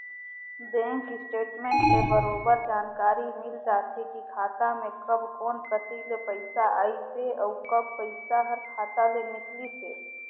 bank statement ले बरोबर जानकारी मिल जाथे की खाता मे कब कोन कति ले पइसा आइसे अउ कब पइसा हर खाता ले निकलिसे